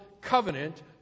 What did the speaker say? covenant